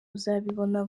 uzabibona